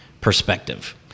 perspective